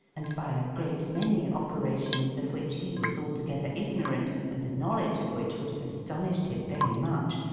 and by a great many operations of which he was altogether ignorant, and the knowledge of which would have astonished him very much,